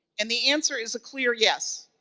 and the answer is a clear yes.